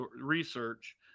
research